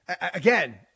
again